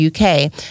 UK